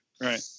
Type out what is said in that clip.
right